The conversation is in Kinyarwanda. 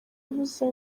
avuze